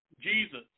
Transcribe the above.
Jesus